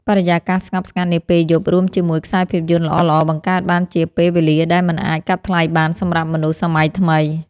បរិយាកាសស្ងប់ស្ងាត់នាពេលយប់រួមជាមួយខ្សែភាពយន្តល្អៗបង្កើតបានជាពេលវេលាដែលមិនអាចកាត់ថ្លៃបានសម្រាប់មនុស្សសម័យថ្មី។